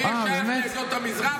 ויהיה שייך לעדות המזרח,